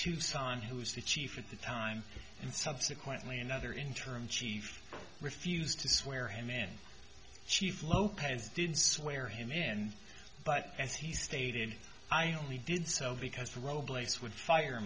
tucson who's the chief at the time and subsequently another interim chief refused to swear him in chief lopez didn't swear him in but as he stated i only did so because rowe blaze would fire